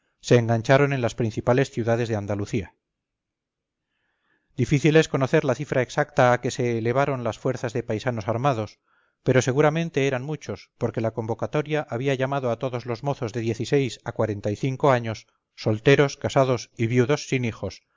se engancharon en las principales ciudades de andalucía difícil es conocer la cifra exacta a que se elevaron las fuerzas de paisanos armados pero seguramente eran muchos porque la convocatoria había llamado a todos los mozos de diez y seis a cuarenta y cinco años solteros casados y viudos sin hijos